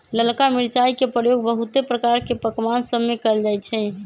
ललका मिरचाई के प्रयोग बहुते प्रकार के पकमान सभमें कएल जाइ छइ